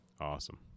awesome